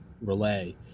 relay